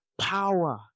power